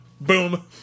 Boom